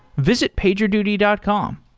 visit pagerduty dot com.